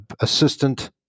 assistant